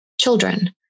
children